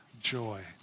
joy